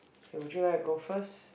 okay would you like to go first